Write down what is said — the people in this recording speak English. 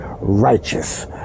righteous